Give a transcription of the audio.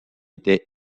était